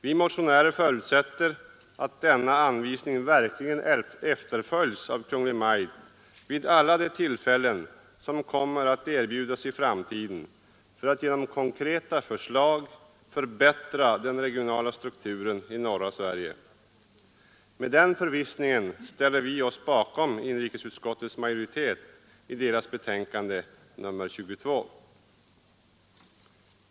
Vi motionärer förutsätter att denna anvisning verkligen efterföljs av Kungl. Maj:t vid alla de tillfällen som kommer att erbjudas i framtiden för att genom konkreta förslag förbättra den regionala strukturen i norra Sverige. Med den förvissningen ställer vi oss bakom inrikesutskottets majoritet när det gäller utskottets betänkande nr 22.